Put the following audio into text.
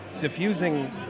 diffusing